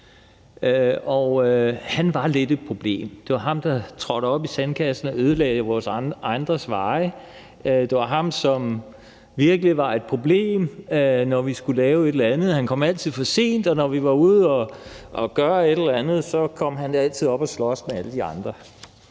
og han var lidt et problem. Det var ham, der trådte op i sandkassen og ødelagde vores andres veje. Det var ham, som virkelig var et problem, når vi skulle lave et eller andet. Han kom altid for sent, og når vi var ude at gøre et eller andet, kom han altid op at slås med alle de andre.